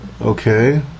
Okay